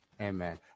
Amen